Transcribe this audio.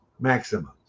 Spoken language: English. maximum